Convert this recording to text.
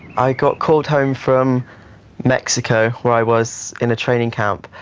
i got called home from mexico where i was in a training camp.